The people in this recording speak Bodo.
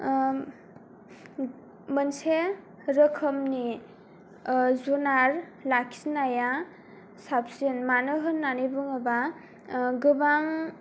मोनसे रोखोमनि जुनार लाखिनाया साबसिन मानो होननानै बुङोब्ला गोबां